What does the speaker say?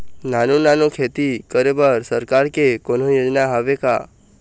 नानू नानू खेती करे बर सरकार के कोन्हो योजना हावे का?